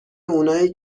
اونای